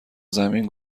زمین